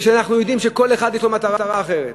כשאנחנו יודעים שכל אחד יש לו מטרה אחרת.